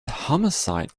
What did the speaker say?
homicide